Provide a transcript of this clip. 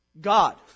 God